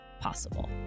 possible